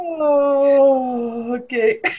okay